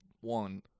one